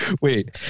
Wait